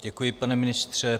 Děkuju, pane ministře.